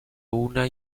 una